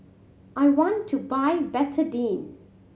I want to buy Betadine